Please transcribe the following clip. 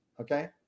Okay